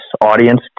audience